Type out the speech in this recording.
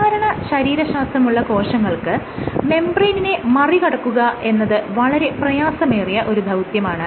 സാധാരണ ശരീരശാസ്ത്രമുള്ള കോശങ്ങൾക്ക് മെംബ്രേയ്നിനെ മറികടക്കുകയെന്നത് വളരെ പ്രയാസമേറിയ ഒരു ദൌത്യമാണ്